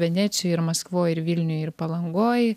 venecijoj ir maskvoj ir vilniuj ir palangoj